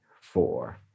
four